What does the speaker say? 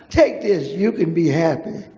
take this. you can be happy.